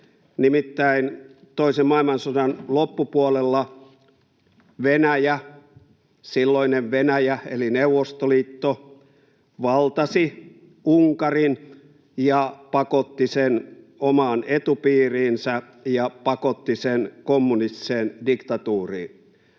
Nimittäin toisen maailmansodan loppupuolella Venäjä, silloinen Venäjä eli Neuvostoliitto, valtasi Unkarin ja pakotti sen omaan etupiiriinsä ja pakotti sen kommunistiseen diktatuuriin.